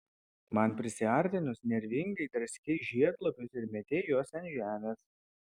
man prisiartinus nervingai draskei žiedlapius ir mėtei juos ant žemės